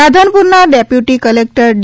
રાધનપુરના deputy collector D